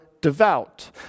devout